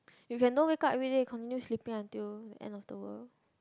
you can don't wake up everyday continue sleeping until end of the world